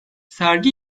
sergi